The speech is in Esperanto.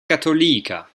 katolika